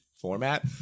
format